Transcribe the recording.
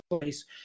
place